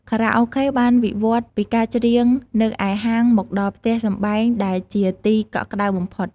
ខារ៉ាអូខេបានវិវត្តន៍ពីការច្រៀងនៅឯហាងមកដល់ផ្ទះសម្បែងដែលជាទីកក់ក្តៅបំផុត។